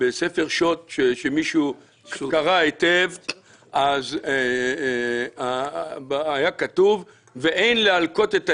בספר שו"ת מסוים היה כתוב: ואין להלקות את האישה.